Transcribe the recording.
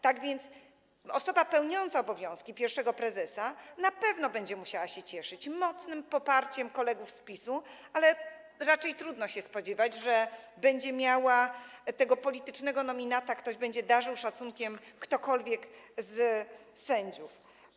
Tak więc osoba pełniąca obowiązki pierwszego prezesa na pewno będzie musiała się cieszyć mocnym poparciem kolegów z PiS, ale raczej trudno się spodziewać, że tego politycznego nominata będzie darzył szacunkiem którykolwiek z sędziów.